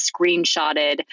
screenshotted